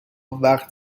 وقت